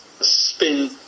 spin